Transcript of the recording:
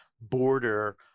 border